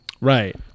Right